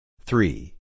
Three